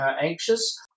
anxious